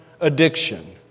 addiction